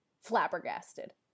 flabbergasted